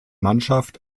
mannschaft